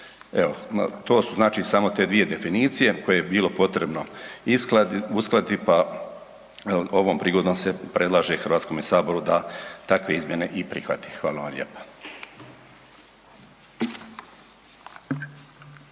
Evo, to su znači samo te dvije definicije koje je bilo potrebno uskladit, pa evo ovom prigodom se predlaže HS da takve izmjene i prihvati. Hvala vam lijepa.